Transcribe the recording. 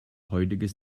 heutiges